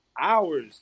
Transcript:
hours